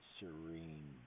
serene